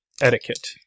etiquette